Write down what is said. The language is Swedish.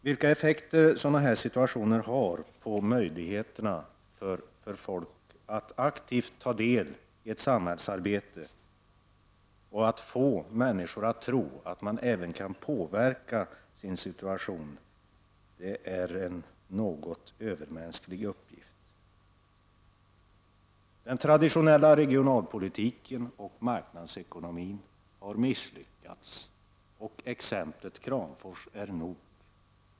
Vilka effekter har sådana här situationer på folks möjligheter att aktivt ta deli ett samhällsarbete? Att få människor att tro att de kan påverka sin situation är en övermänsklig uppgift. Den traditionella regionalpolitiken och marknadsekonomin har misslyckats och exemplet Kramfors är nog.